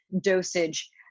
dosage